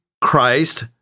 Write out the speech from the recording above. Christ